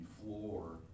floor